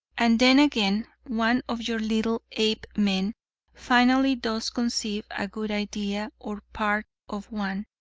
and then again one of your little apemen finally does conceive a good idea, or part of one,